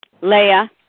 Leah